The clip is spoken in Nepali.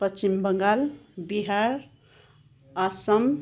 पश्चिम बङ्गाल बिहार आसाम